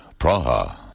Praha